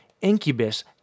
Incubus